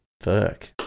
fuck